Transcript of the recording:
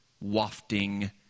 wafting